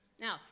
Now